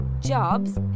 jobs